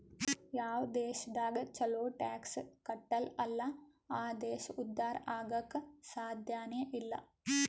ಯಾವ್ ದೇಶದಾಗ್ ಛಲೋ ಟ್ಯಾಕ್ಸ್ ಕಟ್ಟಲ್ ಅಲ್ಲಾ ಆ ದೇಶ ಉದ್ಧಾರ ಆಗಾಕ್ ಸಾಧ್ಯನೇ ಇಲ್ಲ